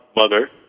mother